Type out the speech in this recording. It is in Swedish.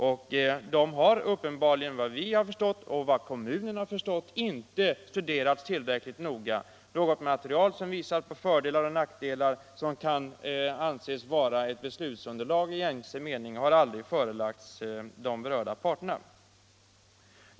Men av vad jag har förstått och vad kommunen har förstått har inte dessa alternativ studerats tillräckligt noga. Något material som visar på fördelar och nackdelar och som kan anses vara ett beslutsunderlag i gängse mening har aldrig förelagts de berörda parterna.